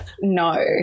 No